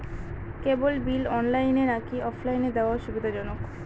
কেবল bill অনলাইনে নাকি অফলাইনে দেওয়া সুবিধাজনক?